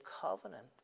covenant